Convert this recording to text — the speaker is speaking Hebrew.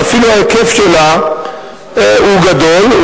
ואפילו ההיקף שלה הוא גדול,